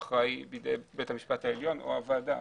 ההכרעה היא בידי בית המשפט העליון או הוועדה.